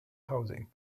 housing